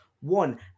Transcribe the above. One